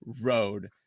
road